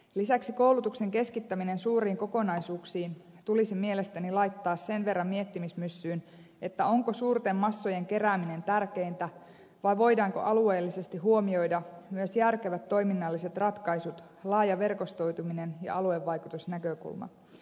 lisäksi koulutuksen keskittäminen suuriin kokonaisuuksiin tulisi mielestäni laittaa sen verran miettimismyssyyn että onko suurten massojen kerääminen tärkeintä vai voidaanko alueellisesti huomioida myös järkevät toiminnalliset ratkaisut laaja verkostoituminen ja aluevaikutusnäkökulma